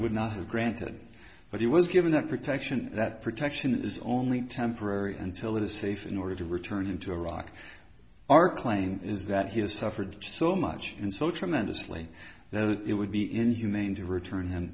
would not have granted but he was given that protection that protection is only temporary until it is safe in order to return him to iraq our claim is that he has suffered so much and so tremendously that it would be inhumane to return him